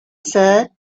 said